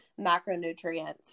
macronutrients